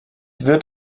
wird